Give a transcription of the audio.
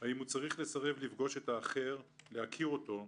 האם הוא צריך לסרב לפגוש את האחר, להכיר אותו,